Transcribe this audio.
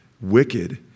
wicked